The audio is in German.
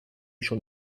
schon